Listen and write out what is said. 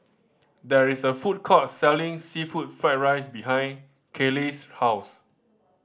there is a food court selling seafood fried rice behind Kayleigh's house